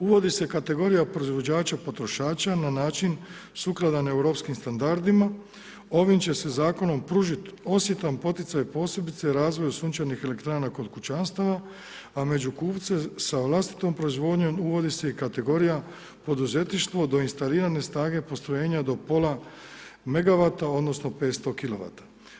Uvodi se kategorija proizvođača potrošača na način sukladan europskim standardima, ovim će se zakonom pružit osjetan poticaj posebice razvoja sunčanih elektrana kod kućanstava, a među kupce sa vlastitom proizvodnjom uvodi se i kategorija poduzetništvo do instalirane snage postrojenja do pola megavata, odnosno 500 kilovata.